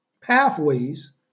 pathways